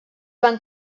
van